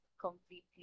completely